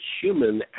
human